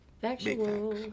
Factual